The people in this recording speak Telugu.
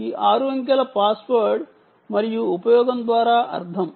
ఈ 6 అంకెల పాస్వర్డ్ మరియు ఉపయోగం ద్వారా అర్థం